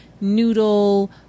noodle